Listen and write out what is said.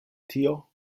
tio